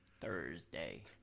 Thursday